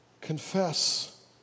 confess